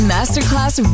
Masterclass